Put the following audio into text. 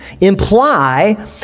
imply